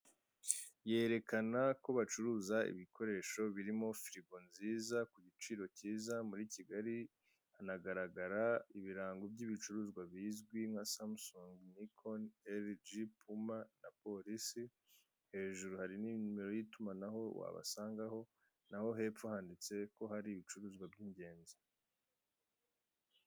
Yerekana ko bacuruza ibikoresho birimo furigo nziza, ku gikiro cyiza, ku giciro cyiza muri Kigali. Hanagaragara ibirango by'ibicuruzwa bizwi nka samusungu, nikoni, eliji, puma na polisi. Hejuru hari na nimero y'itumanaho wabasangaho, naho hepfo handitse ko hari ibicuruzwa by'ingenzi.